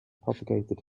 propagated